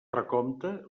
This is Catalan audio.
recompte